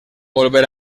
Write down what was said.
volver